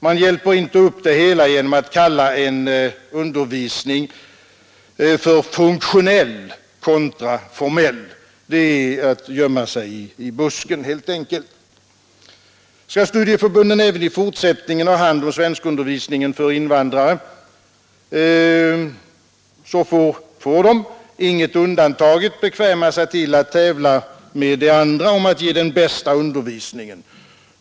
Man hjälper inte upp det hela genom att kalla undervisningen funktionell, kontra formell undervisning. Det är att gömma sig i busken helt enkelt. Skall studieförbunden även i fortsättningen ha hand om svenskundervisningen för invandrare får de, inget undantaget, bekväma sig till att tävla med varandra om att ge den bästa undervisningen.